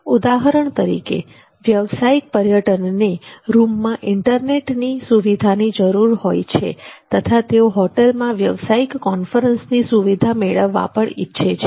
ઉદાહરણ તરીકે વ્યવસાયિક પર્યટનને રૂમમાં ઇન્ટરનેટની સુવિધાની જરૂર હોય છે તથા તેઓ હોટલમાં વ્યવસાયિક કોન્ફરન્સની સુવિધા મેળવવા પણ ઇચ્છે છે